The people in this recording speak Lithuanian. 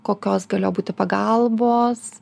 kokios galėjo būti pagalbos